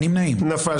הצבעה לא אושרה נפל.